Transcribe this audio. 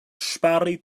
ŝpari